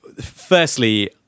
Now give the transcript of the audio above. firstly